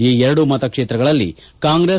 ಈ ಎರಡು ಮತಕ್ಷೇತ್ರಗಳಲ್ಲಿ ಕಾಂಗ್ರೆಸ್